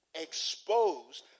exposed